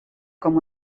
com